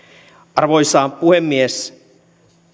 arvoisa puhemies